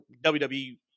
WWE